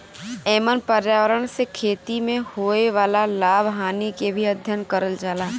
एमन पर्यावरण से खेती में होए वाला लाभ हानि के भी अध्ययन करल जाला